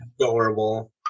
adorable